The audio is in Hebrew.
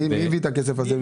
מי מביא את הכסף?